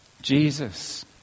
Jesus